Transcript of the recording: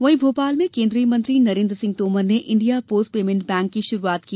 वहीं भोपाल में केन्द्रीय मंत्री नरेन्द्र सिंह तोमर ने इंडिया पोस्ट पेमेण्ट बैंक की शुरूआत की